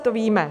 To víme.